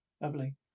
Lovely